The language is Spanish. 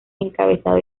encabezado